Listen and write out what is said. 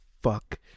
fuck